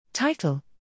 TITLE